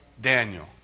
Daniel